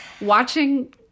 watching